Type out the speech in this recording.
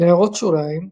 == הערות שוליים ==